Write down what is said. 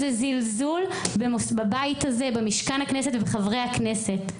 זה זלזול בבית הזה, במשכן הכנסת ובחברי הכנסת.